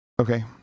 okay